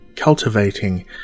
Cultivating